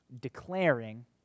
declaring